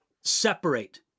separate